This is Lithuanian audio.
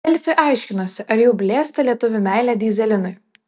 delfi aiškinosi ar jau blėsta lietuvių meilė dyzelinui